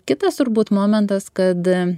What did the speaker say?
kitas turbūt momentas kad